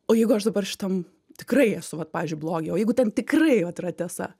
o jeigu aš dabar šitam tikrai esu vat pavyzdžiui blogyje o jeigu ten tikrai vat yra tiesa